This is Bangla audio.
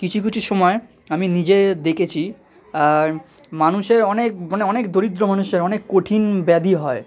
কিছু কিছু সময় আমি নিজে দেখেছি আর মানুষের অনেক মানে অনেক দরিদ্র মানুষের অনেক কঠিন ব্যাধি হয়